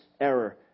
error